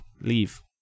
leave